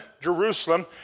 Jerusalem